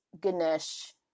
Ganesh